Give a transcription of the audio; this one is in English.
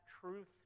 truth